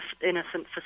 innocent